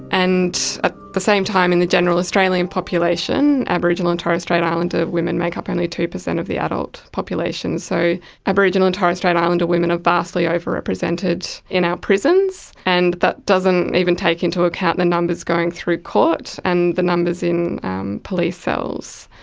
and at ah the same time in the general australian population, aboriginal and torres strait islander women make up only two percent of the adult population. so aboriginal and torres strait islander women are vastly overrepresented in our prisons, and that doesn't even take into account the numbers going through court and the numbers in police cells.